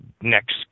next